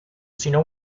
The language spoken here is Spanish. sino